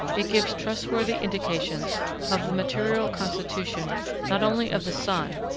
it gives trust-worthy indications of the material constitution not only of the sun,